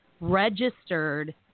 registered